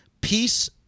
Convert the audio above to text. peace